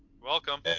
Welcome